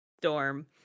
Storm